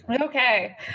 Okay